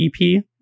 ep